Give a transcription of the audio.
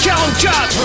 44